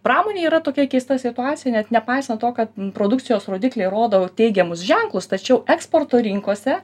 pramonėj yra tokia keista situacija net nepaisant to kad produkcijos rodikliai rodo teigiamus ženklus tačiau eksporto rinkose